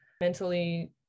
Mentally